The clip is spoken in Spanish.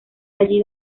allí